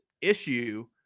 issue